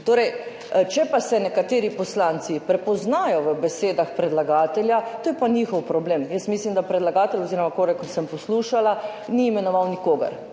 Če pa se nekateri poslanci prepoznajo v besedah predlagatelja, pa je to njihov problem. Jaz mislim, da predlagatelj, oziroma kolikor sem poslušala, ni imenoval nikogar,